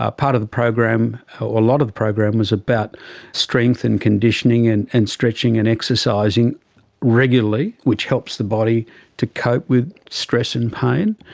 ah part of the program or a lot of the program was about strength and conditioning and and stretching and exercising regularly, which helps the body to cope with stress and pain.